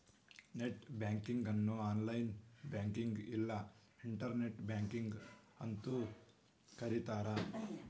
net banking ಅನ್ನು online ಬ್ಯಾಂಕಿಂಗ್ನ ಇಲ್ಲಾ ಇಂಟರ್ನೆಟ್ ಬ್ಯಾಂಕಿಂಗ್ ಅಂತೂ ಕರಿತಾರ